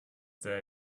there